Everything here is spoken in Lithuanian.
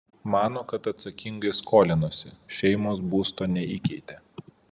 mano kad atsakingai skolinosi šeimos būsto neįkeitė